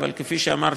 אבל כפי שאמרתי,